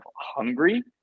Hungary